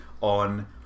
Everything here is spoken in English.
on